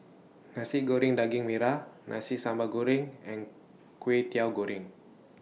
Nasi Goreng Daging Merah Nasi Sambal Goreng and Kway Teow Goreng